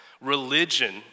Religion